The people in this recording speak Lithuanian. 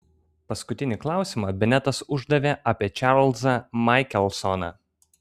paskutinį klausimą benetas uždavė apie čarlzą maikelsoną